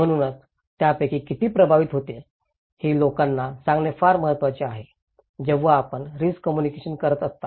म्हणूनच त्यापैकी किती प्रभावित होतील हे लोकांना सांगणे फार महत्वाचे आहे जेव्हा आपण रिस्क कम्युनिकेशन करीत असता